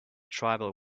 tribal